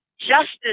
justice